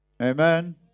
Amen